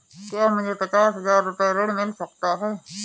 क्या मुझे पचास हजार रूपए ऋण मिल सकता है?